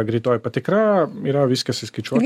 greitoji patikra yra viskas įskaičiuota